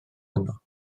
yno